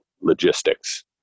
logistics